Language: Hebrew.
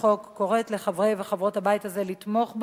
וקוראת לחברי וחברות הבית הזה לתמוך בהן,